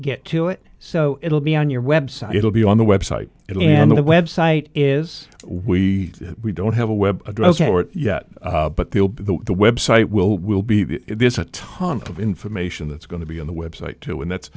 get to it so it'll be on your website it'll be on the website and the website is we don't have a web address for it yet but the web site will will be there's a ton of information that's going to be on the website too and that's